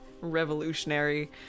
Revolutionary